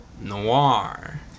noir